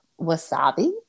wasabi